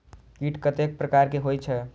कीट कतेक प्रकार के होई छै?